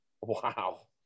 wow